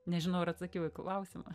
nežinau ar atsakiau į klausimą